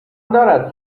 دارد